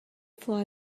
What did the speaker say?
floor